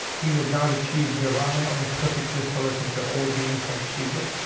he would not achieve nirvana or perfect blissfulness until all beings had achieved it.